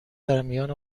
درمیان